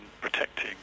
protecting